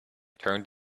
turned